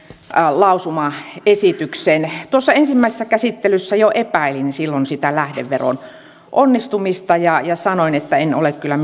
lausumaesitykseen ensimmäisessä käsittelyssä jo epäilin lähdeveron onnistumista sanoin että en ole kyllä